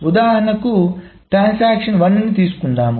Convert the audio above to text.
ఉదాహరణకు ట్రాన్సాక్షన్ 1 ని తీసుకుందాం